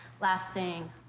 lasting